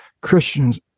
Christians